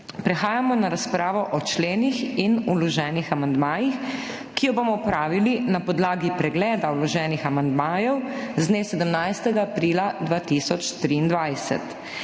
Prehajamo na razpravo o členih in vloženih amandmajih, ki jo bomo opravili na podlagi pregleda vloženih amandmajev z dne 17. aprila 2023.